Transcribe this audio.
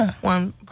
one